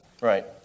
Right